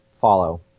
follow